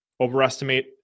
overestimate